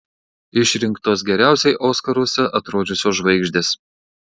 išrinktos geriausiai oskaruose atrodžiusios žvaigždės